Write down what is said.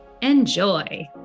Enjoy